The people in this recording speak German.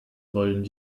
wollen